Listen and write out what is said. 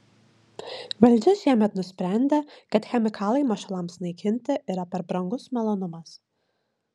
valdžia šiemet nusprendė kad chemikalai mašalams naikinti yra per brangus malonumas